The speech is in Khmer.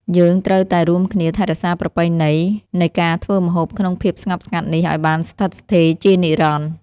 យើងត្រូវតែរួមគ្នាថែរក្សាប្រពៃណីនៃការធ្វើម្ហូបក្នុងភាពស្ងប់ស្ងាត់នេះឱ្យបានស្ថិតស្ថេរជានិរន្តរ៍។